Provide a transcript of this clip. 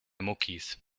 muckis